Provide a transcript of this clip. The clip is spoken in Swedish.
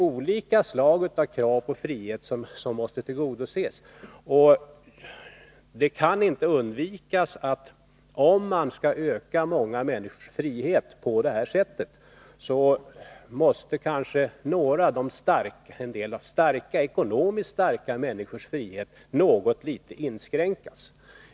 Olika slag av krav på frihet måste tillgodoses. Om man på det sättet skall öka många människors frihet, så går det inte att undvika att några, ekonomiskt starka, människors frihet i någon mån måste inskränkas.